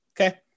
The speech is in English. okay